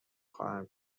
خواهم